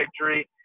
victory